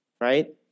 right